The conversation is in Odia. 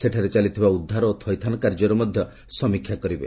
ସେଠାରେ ଚାଲିଥିବା ଉଦ୍ଧାର ଓ ଥଇଥାନ କାର୍ଯ୍ୟର ସେ ସମୀକ୍ଷା କରିବେ